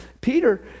Peter